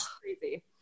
crazy